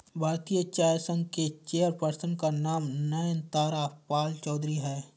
भारतीय चाय संघ के चेयर पर्सन का नाम नयनतारा पालचौधरी हैं